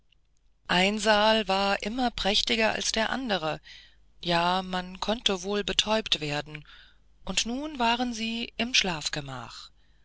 ein saal war immer prächtiger als der andere ja man konnte wohl betäubt werden und nun waren sie im schlafgemach